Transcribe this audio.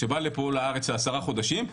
שבא לפה לארץ לעשרה חודשים,